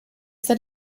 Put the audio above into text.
that